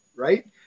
right